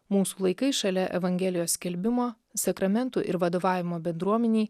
mūsų laikais šalia evangelijos skelbimo sakramentų ir vadovavimo bendruomenei